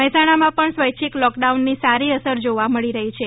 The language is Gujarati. મહેસાણામાં પણ સ્વૈચ્છિક લોકડાઉનની સારી અસર જોવા મળી રહી છે